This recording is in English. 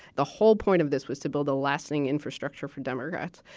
the whole point of this was to build a lasting infrastructure for democrats.